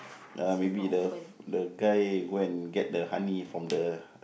uh maybe the the guy go and get the honey from the